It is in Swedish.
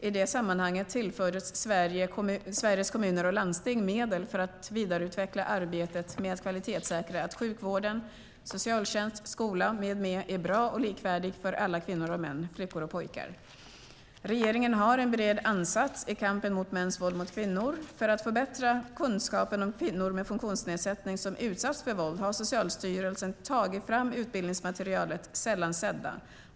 I det sammanhanget tillfördes Sveriges Kommuner och Landsting medel för att vidareutveckla arbetet med att kvalitetssäkra att sjukvården, socialtjänsten, skolan med mera är bra och likvärdig för alla kvinnor och män, flickor och pojkar. Regeringen har en bred ansats i kampen mot mäns våld mot kvinnor. För att förbättra kunskapen om kvinnor med funktionsnedsättning som utsatts för våld har Socialstyrelsen tagit fram utbildningsmaterialet Sällan sedda .